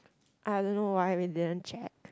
I don't know why we didn't check